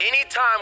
anytime